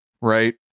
right